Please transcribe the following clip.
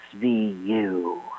SVU